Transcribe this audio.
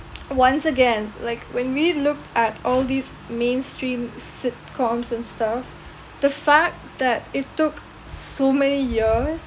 once again like when we look at all these mainstream sitcoms and stuff the fact that it took so many years